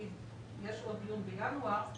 יש עוד דיון בינואר,